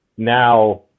Now